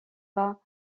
pas